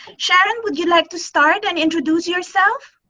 sharon would you like to start and introduce yourself?